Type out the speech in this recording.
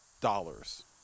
dollars